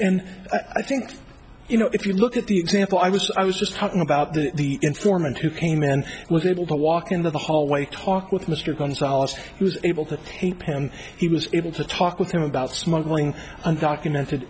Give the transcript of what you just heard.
and i think you know if you look at the example i was i was just talking about the informant who came in and look at all the walk in the hallway talk with mr gonzales who was able to tape him he was able to talk with him about smuggling undocumented